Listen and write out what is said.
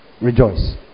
Rejoice